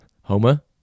Homer